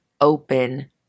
open